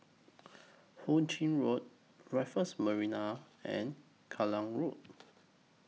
Hu Ching Road Raffles Marina and Klang Road